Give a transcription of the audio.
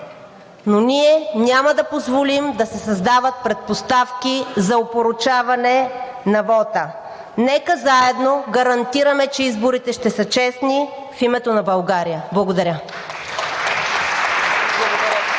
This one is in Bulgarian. но ние няма да позволим да се създават предпоставки за опорочаване на вота. Нека заедно гарантираме, че изборите ще са честни в името на България. Благодаря.